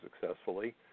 successfully